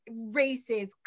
races